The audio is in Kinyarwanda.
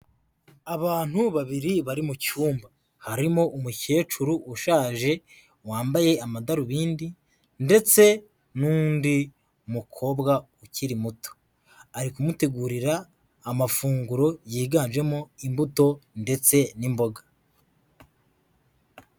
Abantu babiri bari mu cyumba, harimo umukecuru ushaje wambaye amadarubindi ndetse n'undi mukobwa ukiri muto, ari kumutegurira amafunguro yiganjemo imbuto ndetse n'imboga.